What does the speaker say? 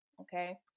Okay